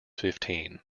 fifteen